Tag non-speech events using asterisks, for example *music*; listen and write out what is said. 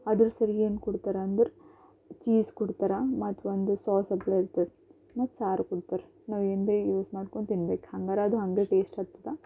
ಅದ್ರ ಸರಿಗೇನು ಕೊಡ್ತರಂದ್ರ್ ಚೀಸ್ ಕೊಡ್ತರ ಮತ್ತು ಒಂದು ಸಾಸ್ *unintelligible* ಕೊಡ್ತರ್ ಮತ್ತು ಸಾರು ಕೊಡ್ತರ್ ನಾವು ಏನು ಬಿ ಯೂಸ್ ಮಾಡ್ಕೊಂಡು ತಿನ್ಬೇಕು ಹಂಗರ ಅದು ಹಂಗೆ ಟೇಷ್ಟಹತ್ತದ